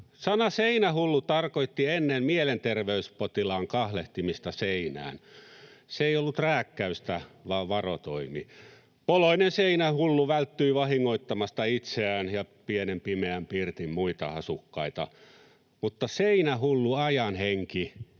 Sana ”seinähullu” tarkoitti ennen mielenterveyspotilaan kahlehtimista seinään. Se ei ollut rääkkäystä vaan varotoimi. Poloinen seinähullu välttyi vahingoittamasta itseään ja pienen pimeän pirtin muita asukkaita, mutta seinähullu ajanhenki